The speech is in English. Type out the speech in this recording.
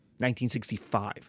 1965